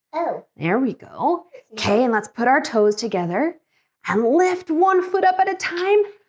oh, there we go okay, and let's put our toes together and lift one foot up at a time.